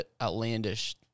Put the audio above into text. outlandish